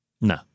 No